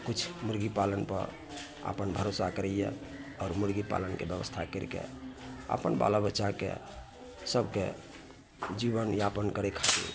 किछु मुर्गी पालन पर अपन भरोसा करैए आओर मुर्गी पालनके ब्यवस्था करिके अपन बाल बच्चाके सभके जीवन यापन करै खातिर